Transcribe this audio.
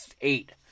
eight